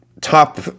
top